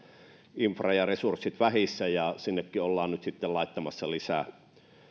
infra ja resurssit vähissä ollaan nyt sitten laittamassa lisää